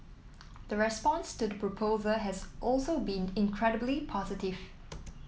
the response to the proposal has also been incredibly positive